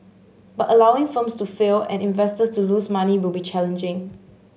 but allowing firms to fail and investors to lose money will be challenging